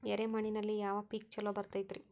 ಎರೆ ಮಣ್ಣಿನಲ್ಲಿ ಯಾವ ಪೇಕ್ ಛಲೋ ಬರತೈತ್ರಿ?